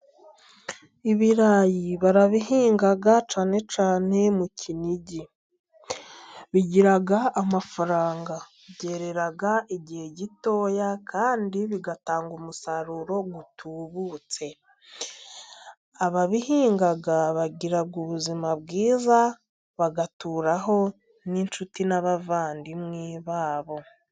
Ibirayi barabihinga cyane cyane mu Kinigi, bigira amafaranga byerera igihe gitoya kandi bigatanga umusaruro utubutse. Ababihinga bagira ubuzima bwiza bagaturaho n'inshuti n'abavandimwe babo.